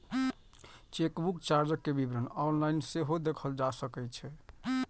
chequebook चार्जक विवरण online सेहो देखल जा सकै छै